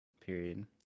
period